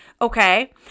okay